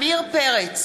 עמיר פרץ,